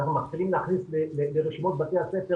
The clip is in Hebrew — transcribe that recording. אנחנו מאפשרים להכניס לרשימות בתי הספר